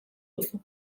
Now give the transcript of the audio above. duzu